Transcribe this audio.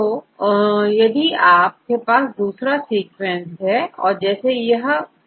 तो यदि आपके पास दूसरा सीक्वेंस हो जैसे यह दूसरा सीक्वेंस5CRO है